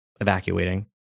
evacuating